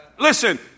Listen